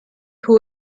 who